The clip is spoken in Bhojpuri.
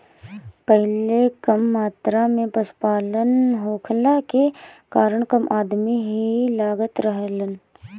पहिले कम मात्रा में पशुपालन होखला के कारण कम अदमी ही लागत रहलन